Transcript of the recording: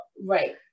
right